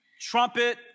trumpet